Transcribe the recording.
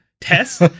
Test